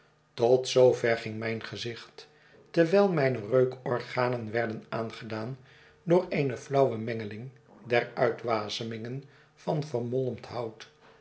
tot zoo ver ging mijn gezicht terwijl mijne reukorganen werden aangedaan door eene flau we mengeling der uitwasemingen van vermolmd hout